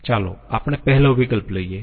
ચાલો આપણે પહેલો વિકલ્પ લઈયે